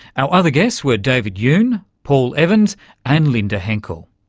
our other guests were david yoon, paul evans and linda henkel.